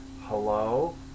hello